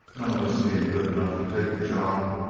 none of us being good enough to take the job,